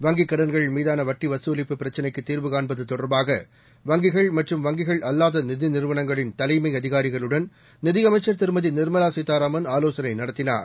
வங்கிக்கடன்கள்மீதானவட்டிவசூலிப்புபிரச்னைக்குதீர்வு காண்பதுதொடர்பாக வங்கிகள்மற்றும்வங்கிகள்அல்லாதநிதிநிறுவனங்களின் தலைமைஅதிகாரிகளுடன் நிதியமைச்சர்திருமதிநிர்மலாசீதாராமன்ஆலோசனைந டத்தினார்